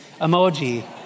emoji